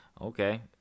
Okay